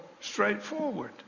straightforward